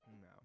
No